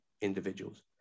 individuals